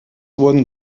wurden